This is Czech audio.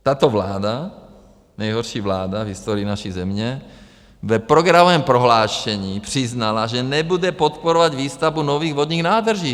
Tato vláda, nejhorší vláda v historii naší země, v programovém prohlášení přiznala, že nebude podporovat výstavbu nových vodních nádrží.